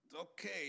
okay